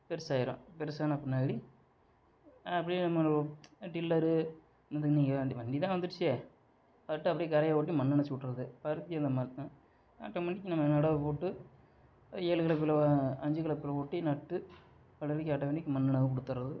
பெருசாயிடும் பெரிசான பின்னாடி அப்படியே நம்ம டில்லரு இந்த இன்றைக்கி வண்டி வண்டி தான் வந்திடுச்சே பாட்டு அப்படியே கரைய ஓட்டி மண் அணைச்சி விட்டுறது பருத்தியில் மட்டும் ஆட்டோமேட்டிக்காக நம்ம நடவு போட்டு அது ஏலு கலப்பையில் அஞ்சு கலப்பையில் ஓட்டி நட்டு பழையபடிக்கு ஆட்டோமேட்டிக்கு மண்ணு நடவு கொடுத்துறது